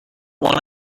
want